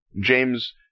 James